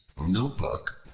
no book,